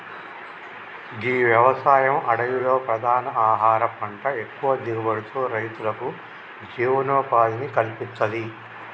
గీ వ్యవసాయం అడవిలో ప్రధాన ఆహార పంట ఎక్కువ దిగుబడితో రైతులకు జీవనోపాధిని కల్పిత్తది